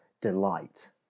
delight